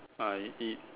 I eat